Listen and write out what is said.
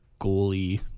goalie